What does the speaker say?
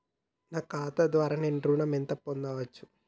నా ఖాతా ద్వారా నేను ఎంత ఋణం పొందచ్చు?